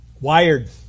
Wired